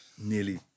nearly